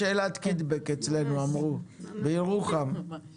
אצלנו בירוחם קוראים לזה שאלת קיטבג.